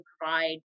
provide